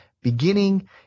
beginning